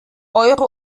euro